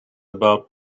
about